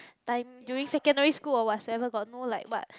time during secondary school or whatsoever got no like what